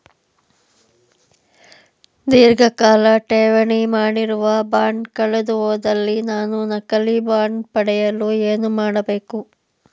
ಧೀರ್ಘಕಾಲ ಠೇವಣಿ ಮಾಡಿರುವ ಬಾಂಡ್ ಕಳೆದುಹೋದಲ್ಲಿ ನಾನು ನಕಲಿ ಬಾಂಡ್ ಪಡೆಯಲು ಏನು ಮಾಡಬೇಕು?